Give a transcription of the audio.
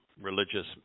religious